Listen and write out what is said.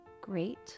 Great